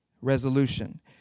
resolution